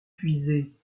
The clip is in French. puiser